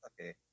Okay